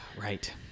Right